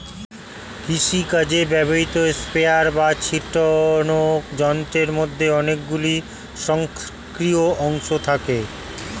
কৃষিকাজে ব্যবহৃত স্প্রেয়ার বা ছিটোনো যন্ত্রের মধ্যে অনেকগুলি স্বয়ংক্রিয় অংশ থাকে